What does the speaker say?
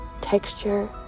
texture